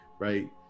Right